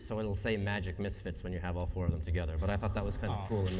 so, it will say magic misfits when you have all four of them together, but i thought that was kind of cool.